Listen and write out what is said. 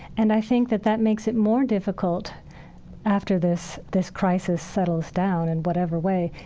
and i think that that makes it more difficult after this this crisis settles down in whatever way.